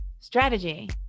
Strategy